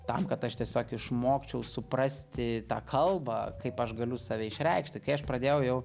tam kad aš tiesiog išmokčiau suprasti tą kalbą kaip aš galiu save išreikšti kai aš pradėjau jau